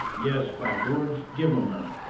yes, by george, give em her.